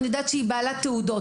אני יודעת שהיא בעלת תעודות.